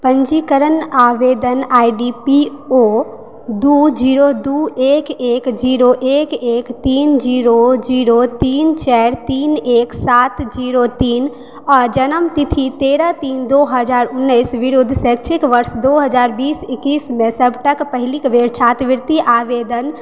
पञ्जीकरण आवेदन I D P O दू जीरो दू एक एक जीरो एक एक तीन जीरो जीरो तीन चारि तीन एक सात जीरो तीन आओर जन्मतिथि तेरह तीन दू हजार उनैस शैक्षिक वर्ष दू हजार बीस एकैसमे सबटाके पहिलुक बेर छात्रवृति आवेदन